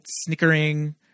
snickering